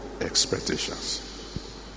expectations